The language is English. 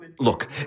Look